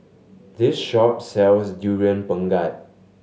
this shop sells Durian Pengat